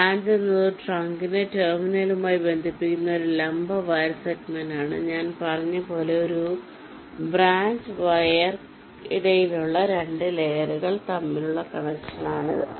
branch എന്നത് ഒരു ട്രങ്കിനെ ടെർമിനലുമായി ബന്ധിപ്പിക്കുന്ന ഒരു ലംബ വയർ സെഗ്മെന്റാണ് ഞാൻ പറഞ്ഞതുപോലെ ഒരു ബ്രാഞ്ച് വയർക്കിടയിലുള്ള 2 ലെയറുകൾ തമ്മിലുള്ള കണക്ഷനാണ് ഇത്